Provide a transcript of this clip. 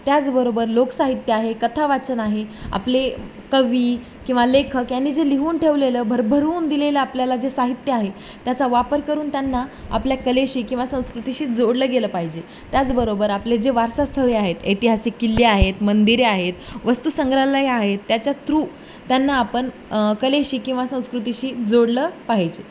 त्याचबरोबर लोकसाहित्य आहे कथा वाचन आहे आपले कवी किंवा लेखक यांनी जे लिहून ठेवलेलं भरभरून दिलेलं आपल्याला जे साहित्य आहे त्याचा वापर करून त्यांना आपल्या कलेशी किंवा संस्कृतीशी जोडलं गेलं पाहिजे त्याचबरोबर आपले जे वारसास्थळे आहेत ऐतिहासिक किल्ले आहेत मंदिरे आहेत वस्तू संग्रहालयं आहेत त्याच्या थ्रू त्यांना आपण कलेशी किंवा संस्कृतीशी जोडलं पाहिजे